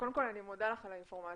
קודם כל אני מודה לך על האינפורמציה,